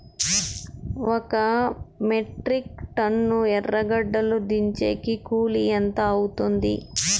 ఒక metric tonne ఎర్రగడ్డలు దించేకి కూలి ఎంత అవుతుంది?